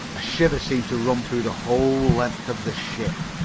a shiver seemed to run through the whole length of the ship.